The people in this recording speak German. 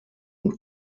und